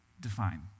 define